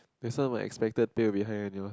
this one might expected tail behind and yours